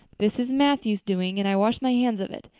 this is matthew's doings and i wash my hands of it.